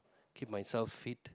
keep myself fit